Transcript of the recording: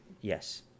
Yes